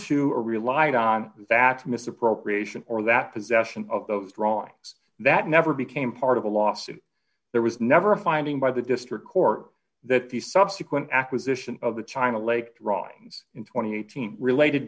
a relied on that misappropriation or that possession of those drawings that never became part of a lawsuit there was never a finding by the district court that the subsequent acquisition of the china lake drawings in twenty team related